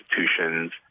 institutions